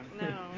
No